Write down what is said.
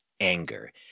anger